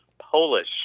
Polish